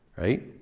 Right